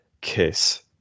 kiss